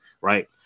right